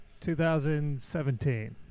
2017